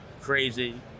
crazy